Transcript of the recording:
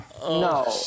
No